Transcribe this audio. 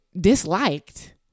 disliked